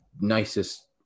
nicest